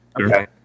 okay